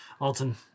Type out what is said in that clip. Alton